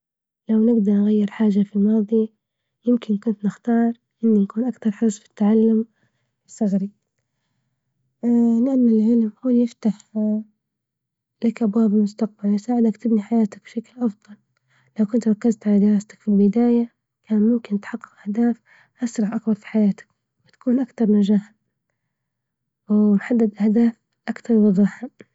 لو نقدر نغير حاجة في الماضي، يمكن كنت نختار إنه يكون أكثر حرص في التعلم الثغري لإن العلم هو يفتح لك أبواب المستقبل، يساعدك تبني حياتك بشكل أفضل، لو كنت وكلت علي ركزت علي دراستك في البداية، كان ممكن اهداف أسرع أكبر في حياتك وتكون أكتر نجاح و نحدد هدف أكتر وضوحا.